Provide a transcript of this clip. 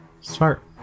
Smart